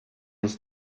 ist